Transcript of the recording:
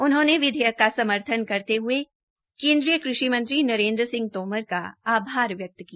उन्होंने विधेयक का समर्थन करते हए केन्द्रीय कृषि मंत्री नरेन्द्र सिंह तोमर का आभार व्यक्त किया